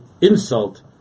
insult